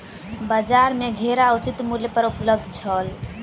बजार में घेरा उचित मूल्य पर उपलब्ध छल